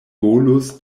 volus